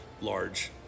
large